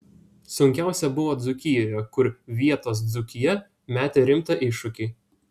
sunkiausia buvo dzūkijoje kur vietos dzūkija metė rimtą iššūkį